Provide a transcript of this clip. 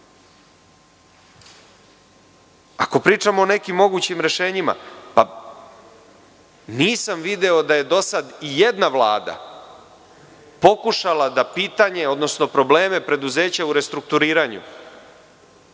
pričamo o nekim mogućim rešenjima, nisam video da je do sad ijedna vlada pokušala da pitanje, odnosno probleme preduzeća u restrukturiranju